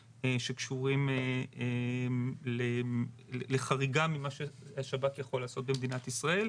שקשורים לחריגה ממה שהשב"כ יכול לעשות במדינת ישראל.